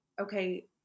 okay